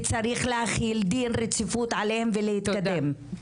וצריך להחיל דין רציפות עליהם ולהתקדם.